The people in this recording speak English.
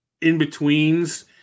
in-betweens